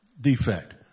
defect